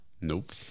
Nope